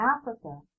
Africa